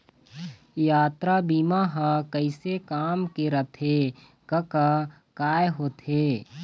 यातरा बीमा ह कइसे काम के रथे कका काय होथे?